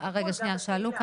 רגע שנייה, שאלו כאן.